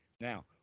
Now